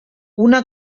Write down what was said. una